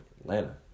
Atlanta